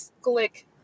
click